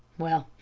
well,